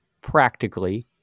practically